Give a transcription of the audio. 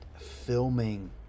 filming